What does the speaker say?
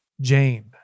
Jane